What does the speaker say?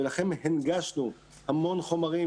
ולכן הנגשנו המון חומרים.